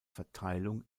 verteilung